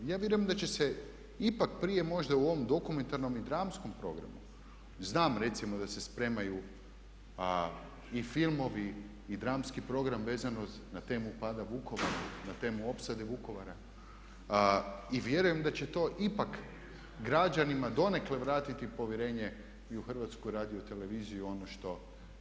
I ja vjerujem da će se ipak prije možda u ovom dokumentarnom i dramskom programu, znam recimo da se spremaju i filmovi i dramski program vezano na temu pada Vukovara, na temu opsade Vukovara i vjerujem da će to ipak građanima donekle vratiti povjerenje i u HRT i u ono što bi ona trebala biti.